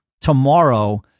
tomorrow